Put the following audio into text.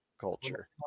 Culture